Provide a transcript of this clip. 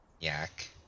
Yak